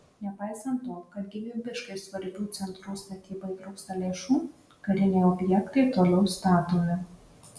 nepaisant to kad gyvybiškai svarbių centrų statybai trūksta lėšų kariniai objektai toliau statomi